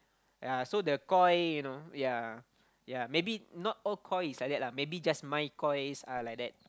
ya so the koi you know ya ya maybe not all koi is like that lah maybe just my Kois are like that